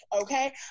okay